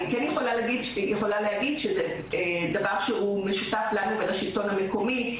אני כן יכולה להגיד שזה דבר שהוא משותף לנו ולשלטון המקומי,